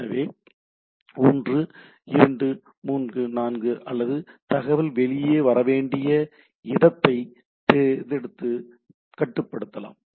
எனவே 1 2 3 4 அல்லது தகவல் வெளியே வர வேண்டிய இடத்தை தெரிந்தெடுத்து கட்டுப்படுத்தலாம்